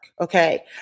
Okay